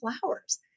flowers